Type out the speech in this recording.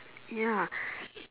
ya